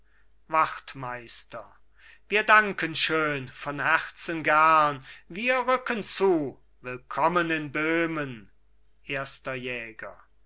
wachtmeister wir danken schön von herzen gern wir rücken zu willkommen in böhmen erster jäger